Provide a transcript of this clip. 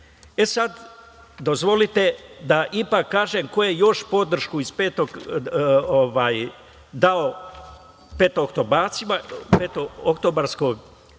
oktobra. Dozvolite da ipak kažem ko je još podršku dao petooktobarskim